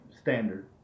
standard